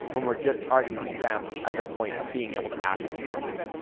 when we're just targeting them at the point of being able to actually purchase.